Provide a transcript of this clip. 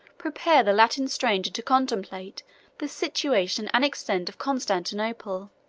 prepare the latin stranger to contemplate the situation and extent of constantinople,